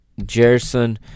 jerson